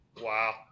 Wow